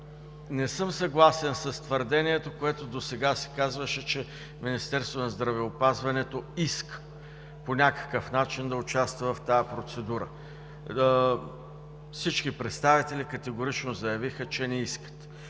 Не съм съгласен с твърдението, което досега се казваше, че Министерството на здравеопазването иска по някакъв начин да участва в тази процедура. Всички представители категорично заявиха, че не искат.